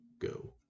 go